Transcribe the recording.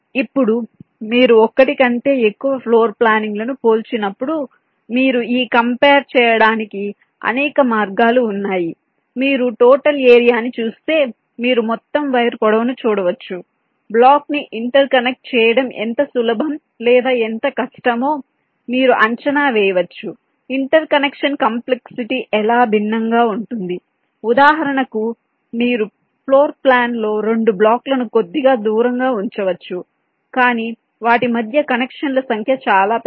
ఇప్పుడు మీరు ఒకటి కంటే ఎక్కువ ఫ్లోర్ ప్లానింగ్ లను పోల్చినప్పుడు మీరు ఈ కంపేర్ చేయడానికి అనేక మార్గాలు ఉన్నాయి మీరు టోటల్ ఏరియా ని చూస్తే మీరు మొత్తం వైర్ పొడవును చూడవచ్చు బ్లాక్స్ ని ఇంటర్కనెక్ట్ చేయడం ఎంత సులభం లేదా ఎంత కష్టమో మీరు అంచనా వేయవచ్చు ఇంటర్ కనెక్షన్ కాంప్లెక్సిటీ ఎలా భిన్నంగా ఉంటుంది ఉదాహరణకు మీరు ఫ్లోర్ ప్లాన్లో రెండు బ్లాక్లను కొద్దిగా దూరంగా ఉంచవచ్చు కాని వాటి మధ్య కనెక్షన్ల సంఖ్య చాలా పెద్దది